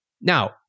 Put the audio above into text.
Now